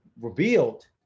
revealed